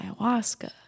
ayahuasca